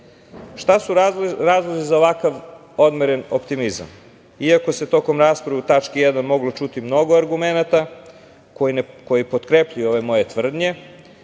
Šta su razlozi za ovakav odmeren optimizam? Iako se tokom rasprave u tački 1. moglo čuti mnogo argumenata koji potkrepljuju ove moje tvrdnje,